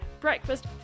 breakfast